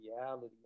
reality